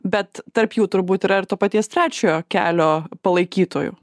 bet tarp jų turbūt yra ir to paties trečiojo kelio palaikytojų